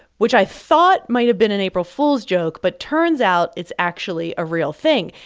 which i thought might have been an april fool's joke. but turns out, it's actually a real thing.